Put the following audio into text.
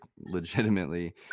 legitimately